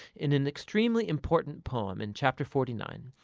in an extremely important poem in chapter forty nine,